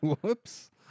Whoops